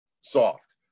soft